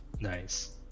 nice